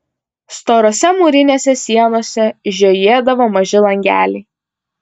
storose mūrinėse sienose žiojėdavo maži langeliai